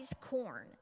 corn